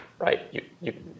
right